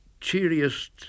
cheeriest